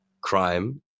crime